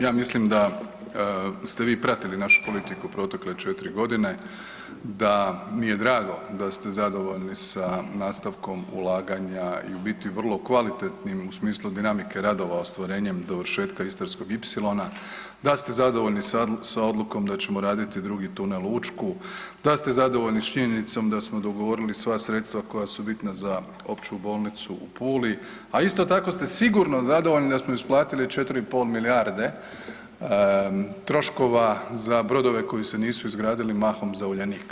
Ja mislim da ste vi pratili našu politiku protekle četiri godine, da mi je drago da ste zadovoljni sa nastavkom ulaganja i u biti vrlo kvalitetnim u smislu dinamike radova ostvarenjem dovršetka istarskog ipsilona, da ste zadovoljni sa odlukom da ćemo raditi drugi Tunel Učku, da ste zadovoljni činjenicom da smo dogovorili sva sredstva koja su bitna za Opću bolnicu u Puli, a isto tako ste sigurno zadovoljni da smo isplatili 4,5 milijarde troškova za brodove koji se nisu izgradili mahom za Uljanik.